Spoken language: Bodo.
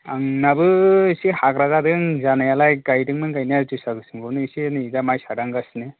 आंनाबो एसे हाग्रा जादों जानायालाय गायदोंमोन गायनायालाय जोसा गोसोमखौनो एसे नै दा माइसा दांगासिनो